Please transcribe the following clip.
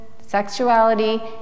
sexuality